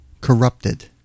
corrupted